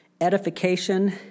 edification